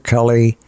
Kelly